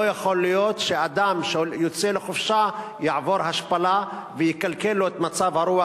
לא יכול להיות שאדם שיוצא לחופשה יעבור השפלה וזה יקלקל לו את מצב הרוח.